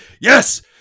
yes